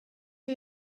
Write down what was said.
are